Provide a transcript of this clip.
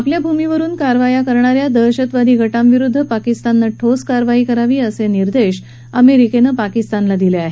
आपल्या भूमीवरुन कारवाया करणा या दहशतवादी गटांविरुद्ध पाकिस्ताननं ठोस कारवाई करावी असे ठाम निर्देश अमेरिकेनं पाकिस्तानला दिले आहेत